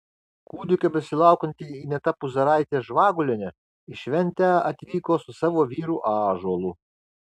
kūdikio besilaukianti ineta puzaraitė žvagulienė į šventę atvyko su savo vyru ąžuolu